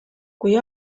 kui